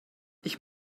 ich